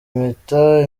impeta